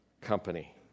Company